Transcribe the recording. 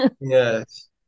yes